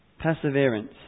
Perseverance